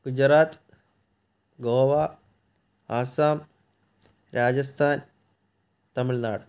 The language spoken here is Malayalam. ഗുജറാത്ത് ഗോവ ആസ്സാം രാജസ്ഥാൻ തമിഴ്നാട്